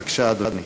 בבקשה, אדוני.